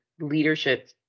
leadership